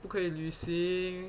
不可以旅行